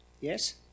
Yes